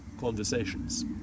conversations